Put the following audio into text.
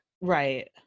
Right